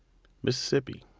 mississippi,